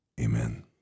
Amen